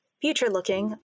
future-looking